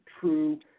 true